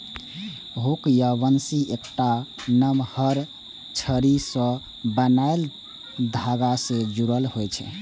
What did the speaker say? hook या बंसी एकटा नमहर छड़ी सं बान्हल धागा सं जुड़ल होइ छै